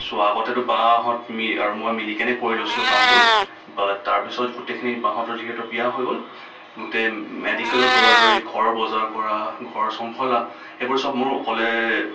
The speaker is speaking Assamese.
চ' আগতেতো বাহঁত আৰু মই মিলিকেনে কৰি লৈছিলোঁ কামবোৰ বাত তাৰপিছত গোটেইখিনি বাহঁতৰ যিহেতু বিয়া হৈ গ'ল গোটেই মেডিকেলৰ দৌৰা দৌৰি ঘৰৰ বজাৰ কৰা ঘৰ চম্ভালা সেইবোৰ চব মোৰ অকলে